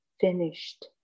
finished